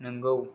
नोंगौ